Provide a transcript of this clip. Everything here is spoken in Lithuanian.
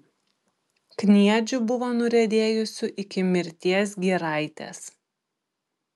kniedžių buvo nuriedėjusių iki mirties giraitės